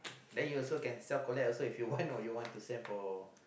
then you also can self-collect if you want or you want to send for